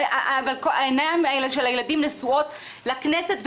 העיניים של הילדים נשואות לכנסת,